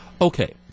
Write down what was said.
Okay